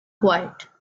quiet